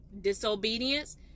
disobedience